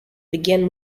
began